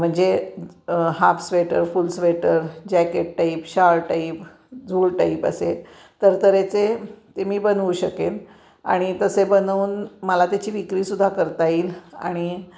म्हणजे half sweater full sweater jacket type shawl type झूल type असे तऱ्हेतऱ्हेचे ते मी बनवू शकेन आणि तसे बनवून मला त्याची विक्रीसुद्धा करता येईल आणि